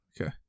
Okay